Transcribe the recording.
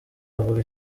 avuge